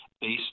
Based